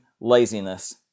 laziness